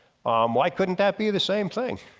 why couldn't that be the same thing?